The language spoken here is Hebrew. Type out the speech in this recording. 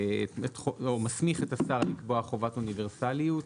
או מסמיך את השר לקבוע חובת אוניברסליות.